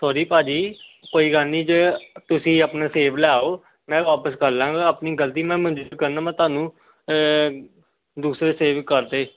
sorry ਭਾਅ ਜੀ ਕੋਈ ਗੱਲ ਨਹੀਂ ਜੇ ਤੁਸੀਂ ਆਪਣੇ ਸੇਬ ਲੈ ਆਓ ਮੈਂ ਵਾਪਸ ਕਰ ਲਾਂਗਾ ਆਪਣੀ ਗਲਤੀ ਮੈਂ ਮਨਜ਼ੂਰ ਕਰਨਾ ਮੈਂ ਤੁਹਾਨੂੰ ਦੂਸਰੇ ਸੇਬ ਕਰਦੇ